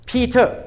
Peter